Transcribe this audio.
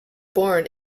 born